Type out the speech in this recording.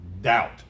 doubt